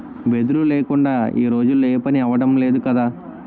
వెదురు లేకుందా ఈ రోజుల్లో ఏపనీ అవడం లేదు కదా